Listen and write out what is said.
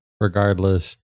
Regardless